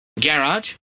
garage